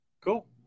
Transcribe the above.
Cool